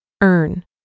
Earn